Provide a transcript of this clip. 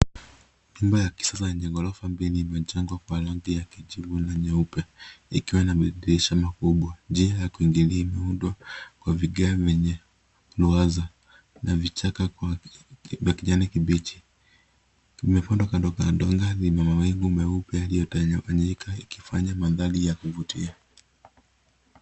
Nyumba ya kisasa yenye ghorofa mbili imejengwa kwa rangi ya kijivu na nyeupe ikiwa na madirisha makubwa. Njia ya kuingilia imeundwa kwa vigae vyenye ruwaza na vichaka vya kijani kibichi. Imepandwa kandokando ya dola yenye mawingu meupe iliyotawanyika ikifanya mandhari ya kuvutia.